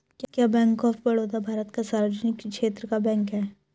क्या bank of Baroda Bharat का सार्वजनिक क्षेत्र का बैंक है?